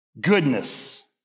goodness